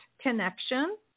connection